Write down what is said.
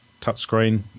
touchscreen